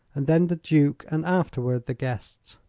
and then the duke, and afterward the guests.